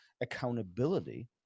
accountability